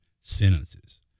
sentences